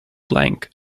blank